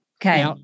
Okay